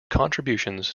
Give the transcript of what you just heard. contributions